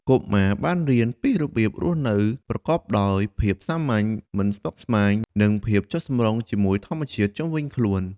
កុមារបានរៀនពីរបៀបរស់នៅប្រកបដោយភាពសាមញ្ញ មិនស្មុគស្មាញ និង ភាពចុះសម្រុងជាមួយធម្មជាតិ ជុំវិញខ្លួន។